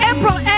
April